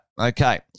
okay